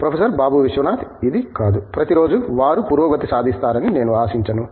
professor Babu Viswanath ఇది కాదు ప్రతిరోజూ వారు పురోగతి సాధిస్తారని నేను ఆశించను